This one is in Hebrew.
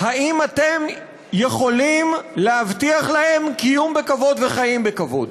האם אתם יכולים להבטיח להם קיום בכבוד וחיים בכבוד?